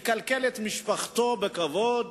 לכלכל את משפחתו בכבוד